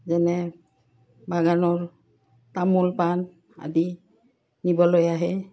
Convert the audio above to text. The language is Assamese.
যেনে বাগানৰ তামোল পাণ আদি নিবলৈ আহে